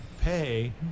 pay